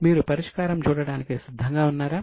మీరు పరిష్కారం చూడడానికి సిద్ధంగా ఉన్నారా